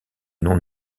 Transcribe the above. non